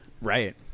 Right